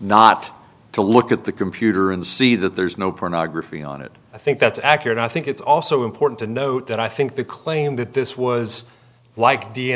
not to look at the computer and see that there's no pornography on it i think that's accurate i think it's also important to note that i think the claim that this was like d